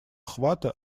охвата